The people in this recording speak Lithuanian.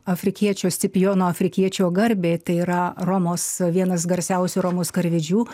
afrikiečio scipiono afrikiečio garbei tai yra romos vienas garsiausių romos karvedžių